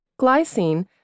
Glycine